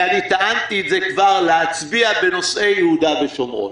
וכבר טענתי את זה להצביע בנושאי יהודה ושומרון,